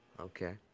Okay